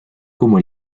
como